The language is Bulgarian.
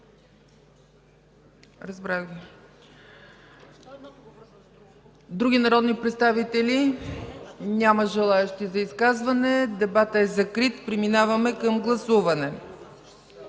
ЦАЧЕВА: Други народни представители? Няма желаещи за изказване. Дебатът е закрит. Преминаваме към гласуване.